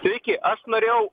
sveiki aš norėjau